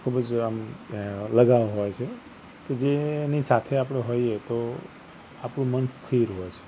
ખુબ જ આમ લગાવ હોય છે જે એની સાથે આપણે હોઈએ તો આપણું મન સ્થિર હોય છે